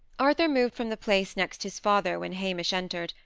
arthur moved from the place next his father when hamish entered,